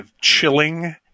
chilling